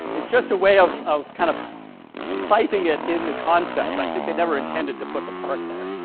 it's just a way of of kind of citing it in the concept i think they never intended to put the park there.